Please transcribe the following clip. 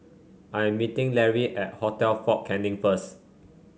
I am meeting Lary at Hotel Fort Canning first